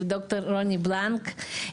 ד"ר רוני בלנק,